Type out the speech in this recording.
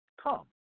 come